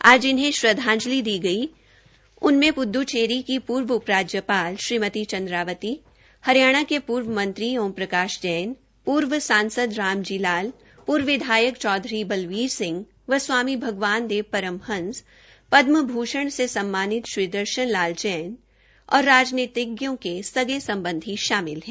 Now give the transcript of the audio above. आज जिन्हें श्रद्धाजंलि दी गई उनमें प्ड्चेरी की पूर्व उप राज्यपाल श्रीमती चंद्रावती हरियाणा के पूर्व मंत्री ओम प्रकाश जैन पूर्व सांसद रामजी लाल पूर्व विधायक चौधरी बलबीर सिंह पूर्व विधायक स्वामी भगवान देव परमहंस पदम भूषण से सम्मानित श्री दर्शन लाल जैन और राजनीतिज्ञों के सगे संबधी शामिल है